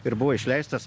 ir buvo išleistas